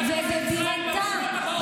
בתמיכה בטרור?